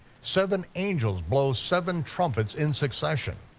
seven angels blow seven trumpets in succession.